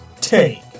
take